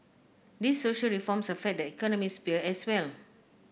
these social reforms affect the economic sphere as well